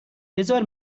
بزار